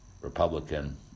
Republican